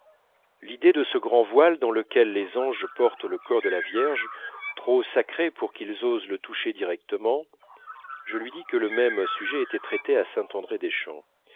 l'idée de ce grand voile dans lequel les anges portent le corps de la vierge trop sacré pour qu'ils osent le toucher